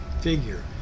figure